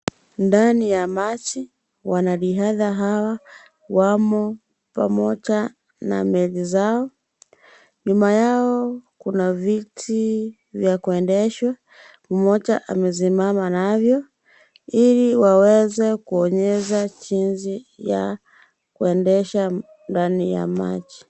Ndani ya maji wanariadha hao wamo pamoja na nyavu zao. Nao kuna viti vya kuendesha. Mmoja amesimama navyo ili aweze kuonyesha jinsi ya kuendesha ndani ya maji.